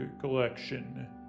Collection